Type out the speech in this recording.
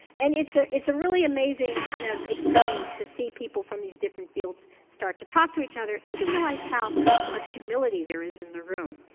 and it's a, it's a really amazing kind of experience to see people from these different fields start to talk to each other and to realize how much humility there is in the room.